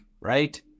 right